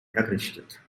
errichtet